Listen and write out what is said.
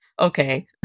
Okay